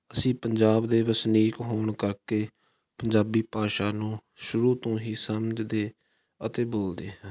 ਅਸੀਂ ਪੰਜਾਬ ਦੇ ਵਸਨੀਕ ਹੋਣ ਕਰਕੇ ਪੰਜਾਬੀ ਭਾਸ਼ਾ ਨੂੰ ਸ਼ੁਰੂ ਤੋਂ ਹੀ ਸਮਝਦੇ ਅਤੇ ਬੋਲਦੇ ਹਾਂ